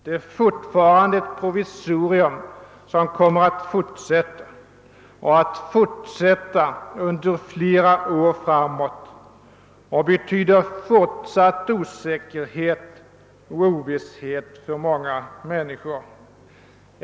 Det är alltjämt fråga om ett provisorium som kommer att bestå under flera år framåt, vilket betyder fortsatt ovisshet för många människor.